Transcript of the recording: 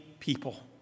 People